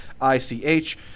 I-C-H